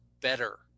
better